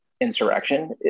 Insurrection